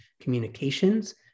Communications